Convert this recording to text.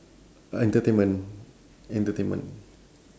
entertainment entertainment